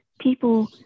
people